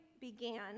began